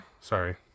Sorry